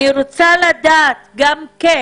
אני רוצה לדעת גם כן